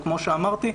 כמו שאמרתי,